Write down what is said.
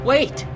Wait